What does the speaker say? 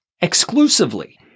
exclusively